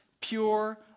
pure